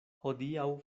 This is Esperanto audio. hodiaŭ